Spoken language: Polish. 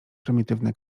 prymitywne